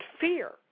fear